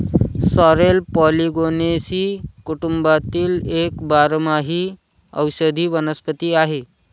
sorrel Polygonaceae कुटुंबातील एक बारमाही औषधी वनस्पती आहे